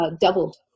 doubled